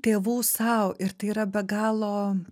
tėvų sau ir tai yra be galo